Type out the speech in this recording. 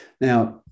Now